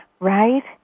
Right